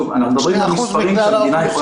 אנחנו מדברים על מספרים שהמדינה יכולה להכיל.